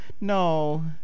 no